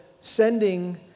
sending